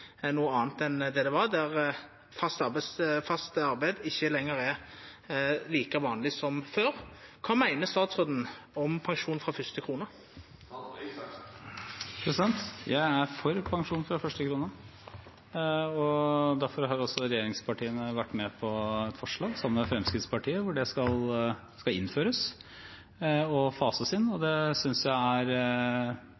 enn det det var, der fast arbeid ikkje lenger er like vanleg som før. Kva meiner statsråden om pensjon frå fyrste krone? Jeg er for pensjon fra første krone. Derfor har også regjeringspartiene vært med på forslag sammen med Fremskrittspartiet om at det skal innføres og fases inn.